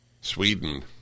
Sweden